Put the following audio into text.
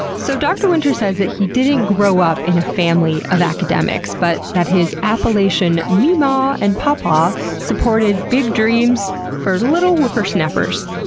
so dr. winter says he didn't grow up in a family of academics, but that his appalachian meemaw and papaw supported big dreams for little whippersnappers.